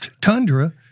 tundra